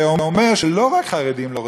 הווי אומר שלא רק חרדים לא רוצים,